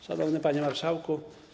Szanowny Panie Marszałku!